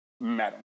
madam